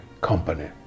company